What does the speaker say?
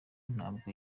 ntabwo